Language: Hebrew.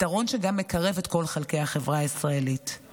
פתרון שגם מקרב את כל חלקי החברה הישראלית.